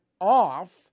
off